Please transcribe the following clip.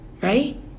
Right